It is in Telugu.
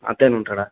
అక్కడే ఉంటాడా